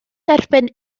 derbyn